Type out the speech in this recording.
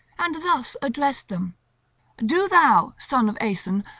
and thus addressed them do thou, son of aeson,